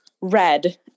red